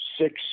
six